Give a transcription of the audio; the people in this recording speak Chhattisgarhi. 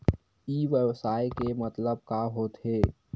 ई व्यवसाय के मतलब का होथे?